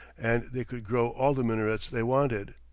and they could grow all the minarets they wanted.